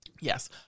Yes